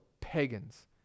pagans